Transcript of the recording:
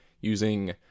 using